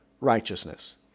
righteousness